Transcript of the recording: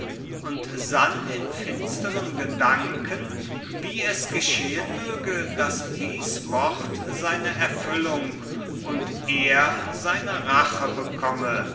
und sann in finsteren gedanken wie es geschehen möge daß dies wort seine erfüllung und er seine rache bekomme